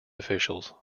officers